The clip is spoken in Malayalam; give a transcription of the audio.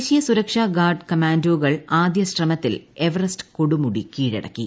ദേശീയ സുരക്ഷാ ഗാർഡ് കമാൻഡോകൾ ആദ്യ ശ്രമത്തിൽ എവറസ്റ്റ് കൊടുമുടി കീഴടക്കി